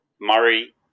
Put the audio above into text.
Murray